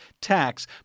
tax